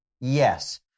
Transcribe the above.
yes